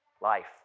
Life